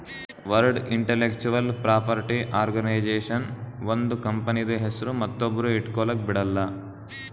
world intellectual property organisation ಒಂದ್ ಕಂಪನಿದು ಹೆಸ್ರು ಮತ್ತೊಬ್ರು ಇಟ್ಗೊಲಕ್ ಬಿಡಲ್ಲ